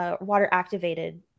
water-activated